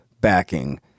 backing